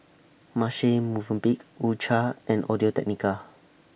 Marche Movenpick U Cha and Audio Technica